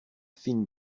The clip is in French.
fine